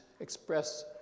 express